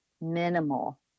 minimal